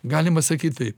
galima sakyti taip